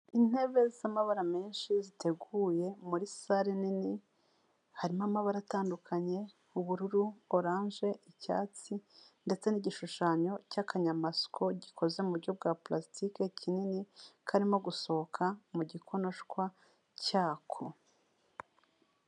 Intebe z'amabara menshi ziteguye muri sale nini harimo amabara atandukanye: ubururu, oranje, icyatsi ndetse n'igishushanyo cy'akanyamasyo gikoze mu buryo bwa parasitike kinini, karimo gusohoka mu gikonoshwa cyako.